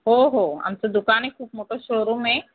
हो हो आमचं दुकान आहे खूप मोठं शो रूम आहे